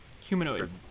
Humanoid